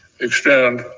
extend